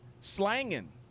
slanging